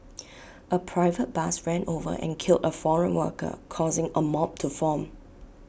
A private bus ran over and killed A foreign worker causing A mob to form